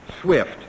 swift